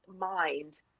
mind